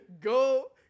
go